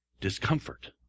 Discomfort